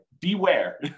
beware